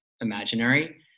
imaginary